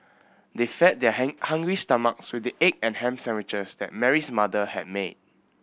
they fed their hungry stomachs with the egg and ham sandwiches that Mary's mother had made